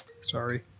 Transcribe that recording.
sorry